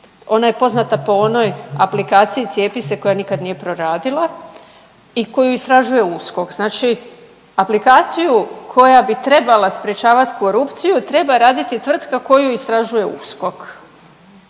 ona je poznata po onoj aplikaciji Cijepi se koja nikad nije proradila i koju istražuje USKOK. Znači aplikaciju koja bi trebala sprječavat korupciju treba raditi tvrtka koju istražuje USKOK,